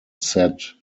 set